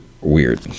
weird